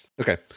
okay